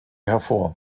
hervor